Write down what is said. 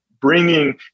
bringing